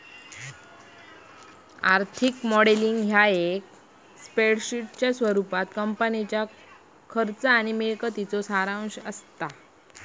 आर्थिक मॉडेलिंग ह्या एक स्प्रेडशीटच्या स्वरूपात कंपनीच्या खर्च आणि मिळकतीचो सारांश असा